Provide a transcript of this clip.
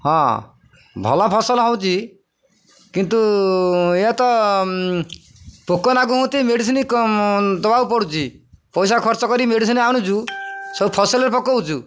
ହଁ ଭଲ ଫସଲ ହେଉଛି କିନ୍ତୁ ଏ ତ ପୋକ ଲାଗୁଛନ୍ତି ମେଡ଼ିସିନ ଦବାକୁ ପଡ଼ୁଛି ପଇସା ଖର୍ଚ୍ଚ କରିକି ମେଡ଼ିସିନ ଆଣୁଛୁ ସବୁ ଫସଲରେ ପକଉଛୁ